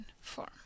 form